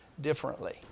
differently